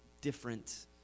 different